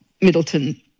Middleton